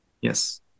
Yes